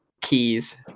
keys